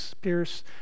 pierce